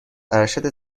ارشد